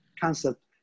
concept